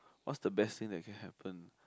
what's the best thing that can happen